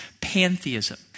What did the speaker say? pantheism